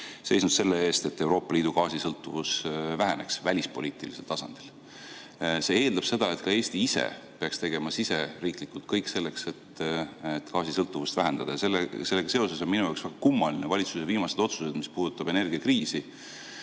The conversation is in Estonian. seisnud selle eest, et Euroopa Liidu gaasisõltuvus väheneks, välispoliitilisel tasandil. See eeldab seda, et Eesti ise peaks tegema siseriiklikult kõik selleks, et gaasisõltuvust vähendada. Sellega seoses on minu jaoks kummalised valitsuse viimased otsused, mis puudutavad energiakriisi.